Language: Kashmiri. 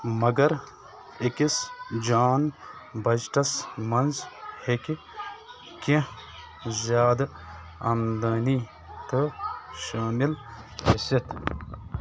مگر أکِس جان بجٹَس منٛز ہیٚکہِ کیٚنٛہہ زیادٕ آمدٔنی تہٕ شٲمِل ٲسِتھ